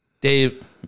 Dave